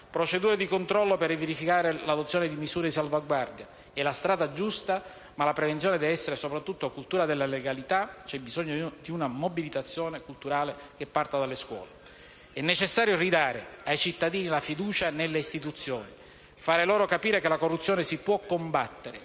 procedure di controllo per verificare l'adozione di misure di salvaguardia. È la strada giusta, ma la prevenzione deve essere soprattutto cultura della legalità; c'è bisogno di una mobilitazione culturale che parta dalle scuole. È necessario ridare ai cittadini la fiducia nelle istituzioni e fare loro capire che la corruzione si può combattere.